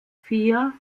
vier